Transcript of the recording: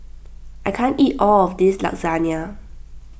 I can't eat all of this Lasagne